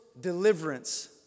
deliverance